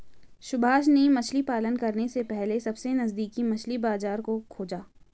सुभाष ने मछली पालन करने से पहले सबसे नजदीकी मछली बाजार को खोजा